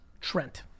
Trent